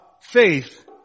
faith